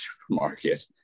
supermarket